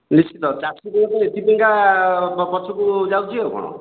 ନିଶ୍ଚିତ ଚାଷୀ ଏଥିପାଇଁକା ପଛକୁ ଯାଉଛି ଆଉ କ'ଣ